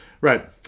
right